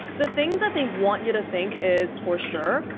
the things that they want you to think is, for sure,